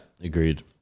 agreed